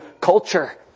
culture